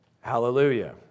Hallelujah